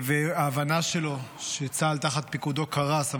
וההבנה שצה"ל תחת פיקודו קרס,